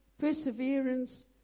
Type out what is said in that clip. perseverance